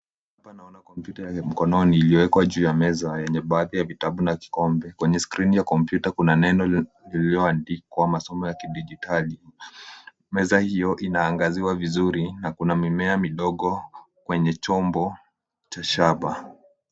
Hapa naona kompyuta ya mikononi iliyowekwa juu ya meza yenye baadhi ya vitabu na kikombe. Kwenye skrini ya kompyuta kuna neno iliyoandikwa masomo ya kidijitali. Meza hiyo inaangaziwa vizuri na kuna mimea midogo kwenye chombo cha shaba.